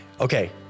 Okay